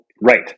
right